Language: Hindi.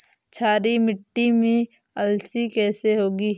क्षारीय मिट्टी में अलसी कैसे होगी?